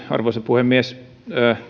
arvoisa puhemies